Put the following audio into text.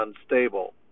unstable